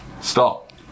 Stop